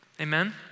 Amen